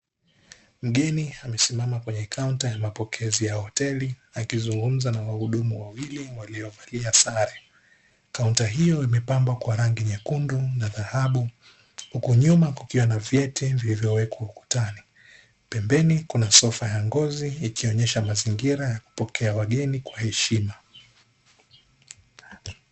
Mgeni amesimama kwenye kaunta ya mapokezi ya hoteli, akizungumza na wahudumu wawili waliovalia sare. Kaunta hiyo imepambwa kwa rangi nyekundu na dhahabu, huku nyuma kukiwa na vyeti vilivyowekwa ukutani. Pembeni kuna sofa ya ngozi, ikionyesha mazingira ya kupokea wageni kwa heshima.